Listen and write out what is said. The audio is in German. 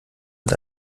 mit